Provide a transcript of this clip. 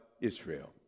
Israel